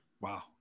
Wow